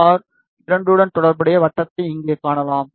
R 2 உடன் தொடர்புடைய வட்டத்தை இங்கே காணலாம்